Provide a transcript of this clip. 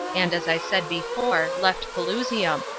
and, as i said before, left pelusium,